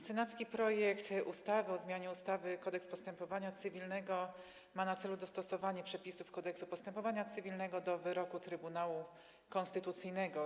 Senacki projekt ustawy o zmianie ustawy Kodeks postępowania cywilnego ma na celu dostosowanie przepisów Kodeksu postępowania cywilnego do wyroku Trybunału Konstytucyjnego.